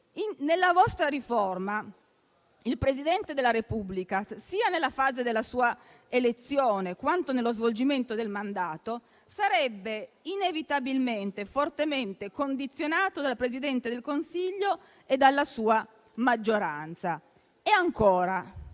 Nella vostra riforma, il Presidente della Repubblica, sia nella fase della sua elezione, quanto nello svolgimento del mandato, inevitabilmente sarebbe fortemente condizionato dal Presidente del Consiglio e dalla sua maggioranza. E ancora,